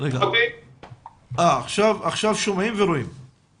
נלקחים בכלל בחשבון לטובת התקציב הזה.